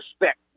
respect